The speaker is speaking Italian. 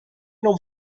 non